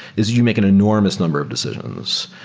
is you make an enormous number of decisions.